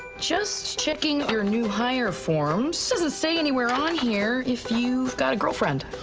just checking your new hire forms. doesn't say anywhere on here if you've got a girlfriend?